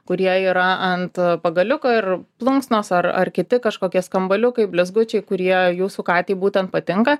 kurie yra ant pagaliuko ir plunksnos ar ar kiti kažkokie skambaliukai blizgučiai kurie jūsų katei būtent patinka